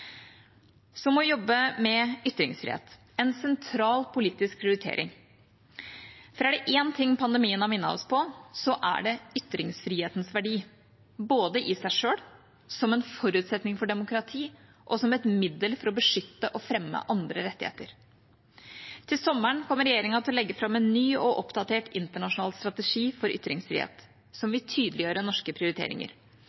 Å jobbe med ytringsfrihet er en sentral utenrikspolitisk prioritering. For er det én ting pandemien har minnet oss på, så er det ytringsfrihetens verdi – både i seg selv, som forutsetning for demokrati og som et middel til å beskytte og fremme andre rettigheter. Til sommeren kommer regjeringa til å legge fram en ny og oppdatert internasjonal strategi for ytringsfrihet som